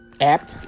app